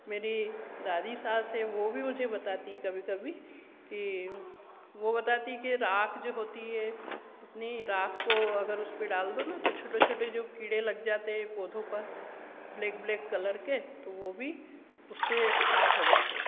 मेरी दादी सास हैं वह भी मुझे बताती हैं कभी कभी की वह बताती है की राख जो होती है अपनी राख को अगर उस पर डाल दो ना तो छोटे छोटे जो कीड़े लग जाते हैं पौधों पर ब्लेक ब्लेक कलर के तो वह भी उससे साफ़ हो जाते हैं